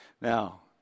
Now